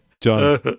john